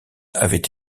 avait